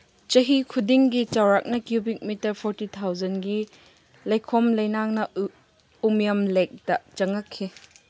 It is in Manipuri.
ꯆꯍꯤ ꯈꯨꯗꯤꯡꯒꯤ ꯆꯧꯔꯥꯛꯅ ꯀ꯭ꯌꯨꯕꯤꯛ ꯃꯤꯇꯔ ꯐꯣꯔꯇꯤ ꯊꯥꯎꯖꯟꯒꯤ ꯂꯩꯈꯣꯝ ꯂꯩꯅꯥꯡꯅ ꯎꯃꯤꯌꯝ ꯂꯦꯛꯇ ꯆꯪꯉꯛꯈꯤ